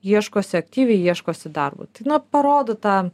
ieškosi aktyviai ieškosi darbo tai na parodo tą